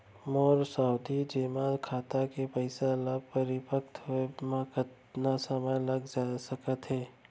मोर सावधि जेमा खाता के पइसा ल परिपक्व होये म कतना समय लग सकत हे?